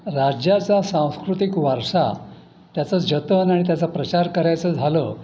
राज्याचा सांस्कृतिक वारसा त्याचं जतन आणि त्याचा प्रचार करायचं झालं